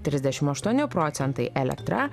trisdešim aštuoni procentai elektra